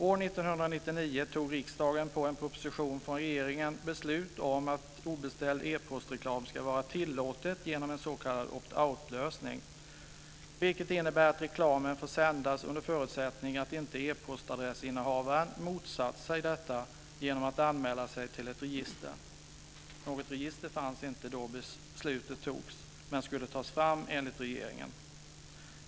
År 1999 tog riksdagen efter förslag i en proposition från regeringen beslut om att obeställd epostreklam ska vara tillåten genom en s.k. opt outlösning. Denna innebär att reklamen får sändas under förutsättning att e-postadressinnehavaren inte motsatt sig detta genom att anmäla sig till ett register. Något sådant register fanns inte då beslutet togs men skulle enligt regeringen tas fram.